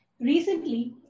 Recently